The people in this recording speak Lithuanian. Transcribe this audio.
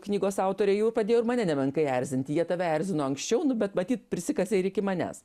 knygos autorė jau ir pradėjo ir mane nemenkai erzinti jie tave erzino anksčiau nu bet matyt prisikasė ir iki manęs